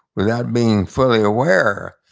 without being fully aware.